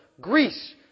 Greece